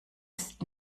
ist